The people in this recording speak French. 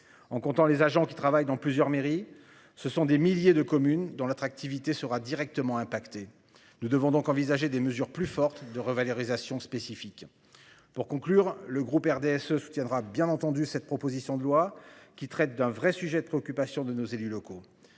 En comptant les agents qui travaillent dans plusieurs mairies, ce sont des milliers de communes dont l'attractivité sera directement impacté. Nous devons donc envisager des mesures plus fortes de revalorisation spécifique. Pour conclure, le groupe RDSE soutiendra bien entendu cette proposition de loi qui traite d'un vrai sujet de préoccupation de nos élus locaux